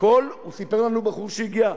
סיפר לנו הבחור שהגיע,